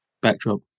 backdrop